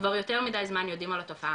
כבר יותר מדי זמן יודעים על התופעה,